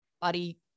body